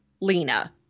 Lena